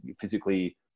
physically